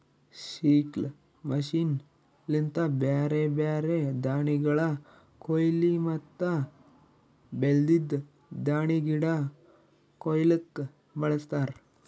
sickle machine ಲಿಂತ ಬ್ಯಾರೆ ಬ್ಯಾರೆ ದಾಣಿಗಳ ಕೋಯ್ಲಿ ಮತ್ತ ಬೆಳ್ದಿದ್ ದಾಣಿಗಿಡ ಕೊಯ್ಲುಕ್ ಬಳಸ್ತಾರ್